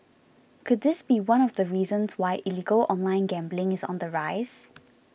could this be one of the reasons why illegal online gambling is on the rise